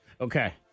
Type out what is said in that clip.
Okay